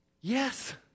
Yes